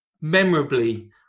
memorably